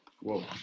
Whoa